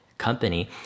company